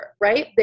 right